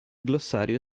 glossario